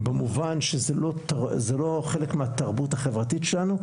במובן שזה לא חלק מהתרבות החברתית שלנו,